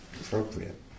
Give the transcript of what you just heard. appropriate